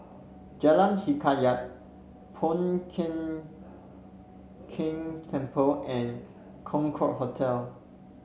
Jalan Hikayat Po Keng Keng Temple and Concorde Hotel